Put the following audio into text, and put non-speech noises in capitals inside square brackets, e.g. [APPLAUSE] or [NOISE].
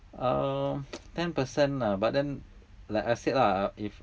uh [NOISE] ten percent ah but then like I said lah if